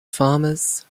farmers